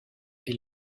est